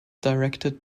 directed